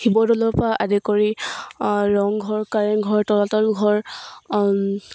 শিৱদ'লৰ পৰা আদি কৰি ৰংঘৰ কাৰেংঘৰ তলাতল ঘৰ